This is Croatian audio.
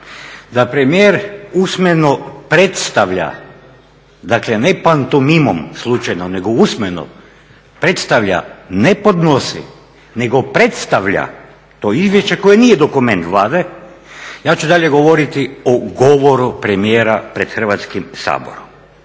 da premijer usmeno predstavlja, dakle ne pantomimom slučajno nego usmeno predstavlja, ne podnosi nego predstavlja to izvješće koje nije dokument Vlade, ja ću dalje govoriti o govoru premijera pred Hrvatskim saborom,